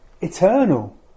eternal